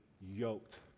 yoked